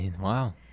Wow